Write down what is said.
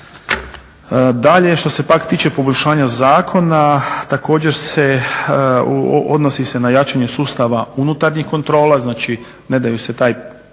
Dalje što se pak tiče poboljšanja zakona također se odnosi se na jačanje sustava unutarnjih kontrola, ne daju se taj